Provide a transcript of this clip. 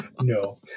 No